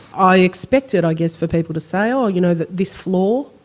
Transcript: i expected i guess for people to say oh you know that this floor,